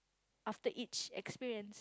after each experience